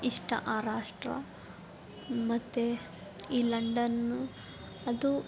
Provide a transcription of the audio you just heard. ಇಷ್ಟ ಆ ರಾಷ್ಟ್ರ ಮತ್ತೆ ಈ ಲಂಡನ್ನು ಅದು